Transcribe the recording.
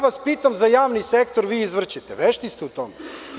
Pitam vas za javni sektor, vi izvrćete, vešti ste u tome.